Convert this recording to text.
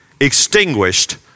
extinguished